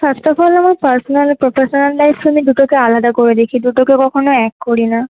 first of all আমার personal আর professional life তো আমি দুটোকে আলাদা করে দেখি দুটোকে কখনো এক করি না